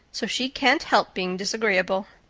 so she can't help being disagreeable.